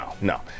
No